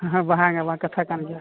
ᱦᱮᱸ ᱵᱟᱝᱟ ᱵᱟᱝᱟ ᱠᱟᱛᱷᱟ ᱠᱟᱱᱜᱮᱭᱟ